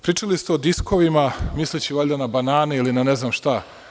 Pričali ste o diskovima, misleći valjda na banane i ne znam šta.